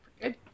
good